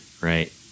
right